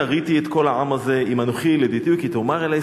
הריתי את כל העם הזה אם אנכי ילדתיהו כי תאמר אלי